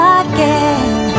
again